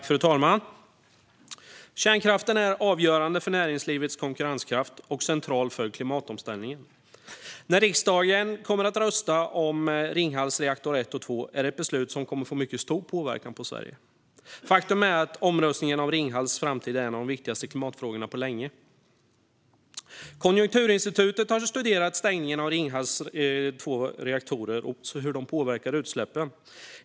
Fru talman! Kärnkraften är avgörande för näringslivets konkurrenskraft och central för klimatomställningen. Riksdagen kommer att rösta om Ringhals reaktorer 1 och 2. Det är ett beslut som kommer att få mycket stor påverkan på Sverige. Faktum är att omröstningen om Ringhals framtid är en av de viktigaste klimatfrågorna på länge. Konjunkturinstitutet har studerat hur stängningen av Ringhals två reaktorer påverkar utsläppen.